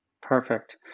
Perfect